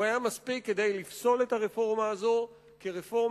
הוא היה מספיק כדי לפסול את הרפורמה הזאת כרפורמה